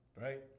right